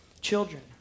children